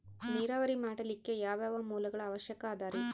ನೇರಾವರಿ ಮಾಡಲಿಕ್ಕೆ ಯಾವ್ಯಾವ ಮೂಲಗಳ ಅವಶ್ಯಕ ಅದರಿ?